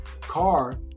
car